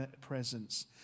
presence